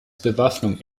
bewaffnung